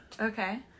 Okay